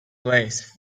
place